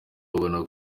abona